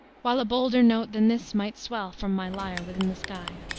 while a bolder note than this might swell from my lyre within the sky!